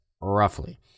roughly